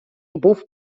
був